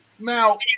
Now